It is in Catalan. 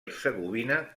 hercegovina